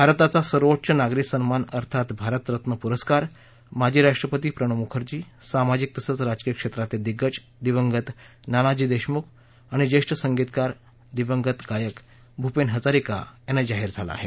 भारताचा सर्वोच्च नागरी सन्मान अर्थात भारतरत्न पुरस्कार माजी राष्ट्रपती प्रणव मुखर्जी सामाजिक तसंच राजकीय क्षेत्रातले दिग्गज दिवंगत नानाजी देशमुख आणि ज्येष्ठ संगितकार गायक भूपेन हजारिका यांना जाहीर झाला आहे